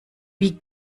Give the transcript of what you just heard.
wie